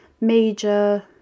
major